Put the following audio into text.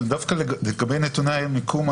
אבל דווקא לגבי נתוני מיקום,